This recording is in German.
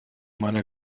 meiner